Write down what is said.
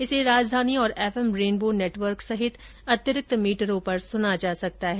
इसे राजधानी और F M rainbow network सहित अतिरिक्त मीटरों पर सुना जा सकता है